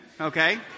okay